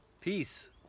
Peace